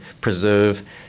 preserve